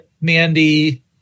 Mandy